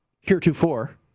heretofore